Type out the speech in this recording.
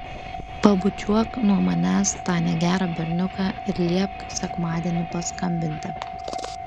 pabučiuok nuo manęs tą negerą berniuką ir liepk sekmadienį paskambinti